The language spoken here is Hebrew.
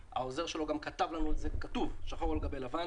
העוזר שלו גם כתב לנו את זה שחור על גבי לבן